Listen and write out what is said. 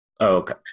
okay